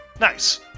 Nice